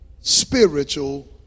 spiritual